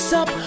up